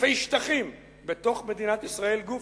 חילופי שטחים בתוך מדינת ישראל גופא.